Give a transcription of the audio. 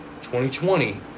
2020